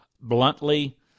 Bluntly